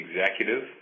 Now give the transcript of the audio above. executive